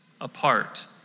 apart